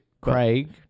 Craig